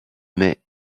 mais